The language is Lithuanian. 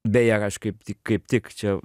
beje aš kaip tik kaip tik čia